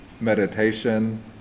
meditation